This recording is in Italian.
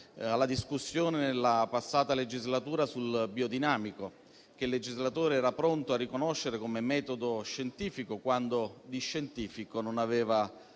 alla discussione nella passata legislatura sul biodinamico, che il legislatore era pronto a riconoscere come metodo scientifico, quando di scientifico non aveva